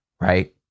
right